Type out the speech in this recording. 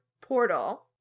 portal